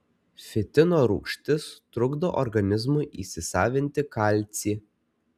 fitino rūgštis trukdo organizmui įsisavinti kalcį